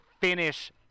finish